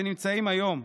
שנמצאים היום,